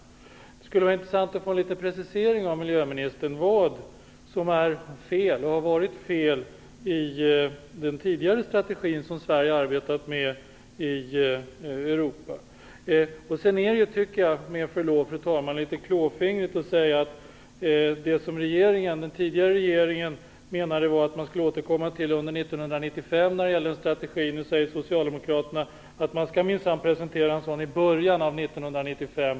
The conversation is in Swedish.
Det skulle vara intressant att få en precisering av miljöministern: Vad är det som är och har varit fel i den tidigare strategin? Med förlov sagt tycker jag att man är litet klåfingrig. Den tidigare regeringen sade att man skulle återkomma 1995 i fråga om strategin. Nu säger socialdemokraterna att man minsann skall presentera en strategi i början av 1995.